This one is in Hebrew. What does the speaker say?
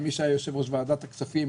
עם מי שהיה יושב-ראש ועדת הכספים,